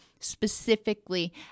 specifically